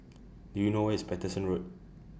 Do YOU know Where IS Paterson Road